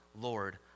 Lord